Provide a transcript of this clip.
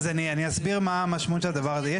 אז אני אסביר מה המשמעות של הדבר הזה.